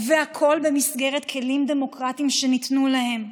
והכול במסגרת כלים דמוקרטיים שניתנו להם.